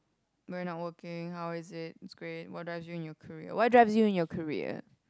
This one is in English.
we are not working how is it it's great what drives you in your career what drives you in your career